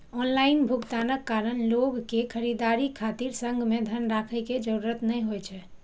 online भुगतानक कारण लोक कें खरीदारी खातिर संग मे धन राखै के जरूरत नै होइ छै